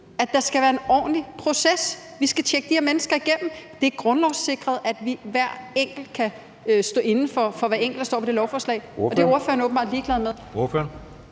at der skal være en ordentlig proces. Vi skal tjekke de her mennesker igennem. Det er grundlovssikret, at hver enkelt herinde kan stå inde for hver enkelt, der står på det lovforslag, men det er ordføreren åbenbart ligeglad med.